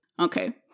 Okay